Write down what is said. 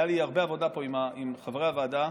הייתה לי הרבה עבודה פה עם חברי הוועדה.